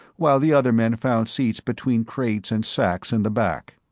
while the other men found seats between crates and sacks in the back.